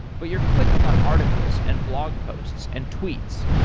but you're clicking on articles and blog posts and tweets.